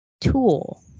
tool